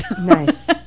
Nice